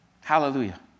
Hallelujah